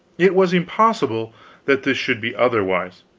it was impossible that this should be otherwise.